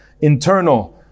internal